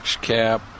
cap